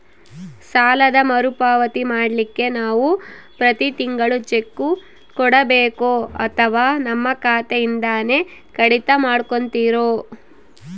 ಸಾಲದ ಮರುಪಾವತಿ ಮಾಡ್ಲಿಕ್ಕೆ ನಾವು ಪ್ರತಿ ತಿಂಗಳು ಚೆಕ್ಕು ಕೊಡಬೇಕೋ ಅಥವಾ ನಮ್ಮ ಖಾತೆಯಿಂದನೆ ಕಡಿತ ಮಾಡ್ಕೊತಿರೋ?